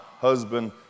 husband